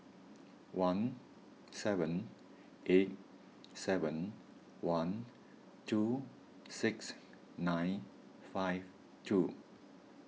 one seven eight seven one two six nine five two